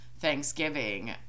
Thanksgiving